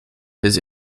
his